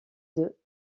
deux